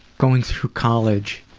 going through college